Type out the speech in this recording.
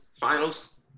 Finals